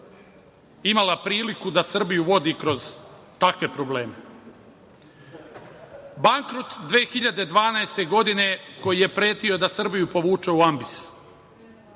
imala priliku da Srbiju vodi kroz takve probleme. Bankrot 2012. godine koji je pretio da Srbiju povuče u ambis,